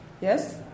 Yes